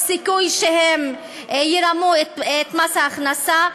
יש סיכוי שהם ירמו את מס הכנסה,